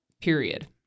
period